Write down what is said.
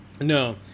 no